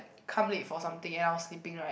come late for something and I was sleeping right